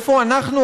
איפה אנחנו,